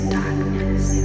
darkness